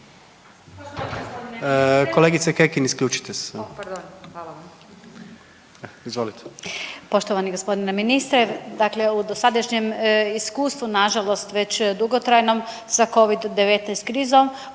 Kolegice Kekin, isključite se